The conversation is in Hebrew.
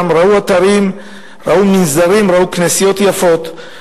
הם ראו אתרים, מנזרים וכנסיות יפות,